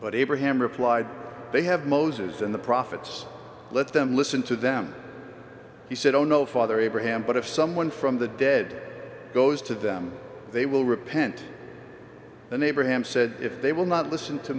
but abraham replied they have moses and the prophets let them listen to them he said oh no father abraham but if someone from the dead goes to them they will repent the neighbor him said if they will not listen to